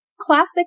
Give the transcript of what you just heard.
classic